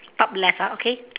top left ah okay